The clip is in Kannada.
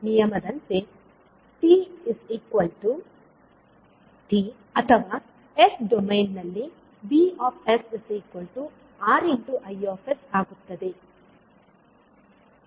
ಆದ್ದರಿಂದ ಓಮ್ಸ್ ನ Ohm's ನಿಯಮದಂತೆ 𝑡 𝑡 ಅಥವಾ ಎಸ್ ಡೊಮೇನ್ ನಲ್ಲಿ 𝑉𝑠 𝑅𝐼𝑠 ಆಗುತ್ತದೆ